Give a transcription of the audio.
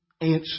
answer